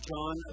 John